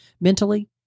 mentally